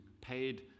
paid